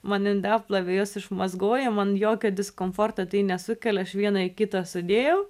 man indaplovė juos išmazgoja man jokio diskomforto tai nesukelia aš vieną į kitą sudėjau